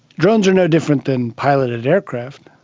drones are no different than piloted aircraft.